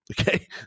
Okay